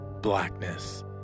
Blackness